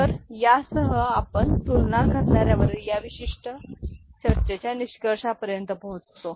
तर यासह आपण तुलना करणार्यावरील या विशिष्ट चर्चेच्या निष्कर्षापर्यंत पोहोचतो